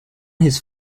his